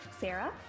Sarah